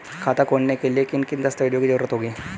खाता खोलने के लिए किन किन दस्तावेजों की जरूरत होगी?